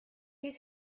his